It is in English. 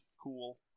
cool